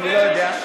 אני לא יודע,